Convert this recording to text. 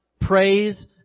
praise